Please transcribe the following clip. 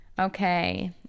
Okay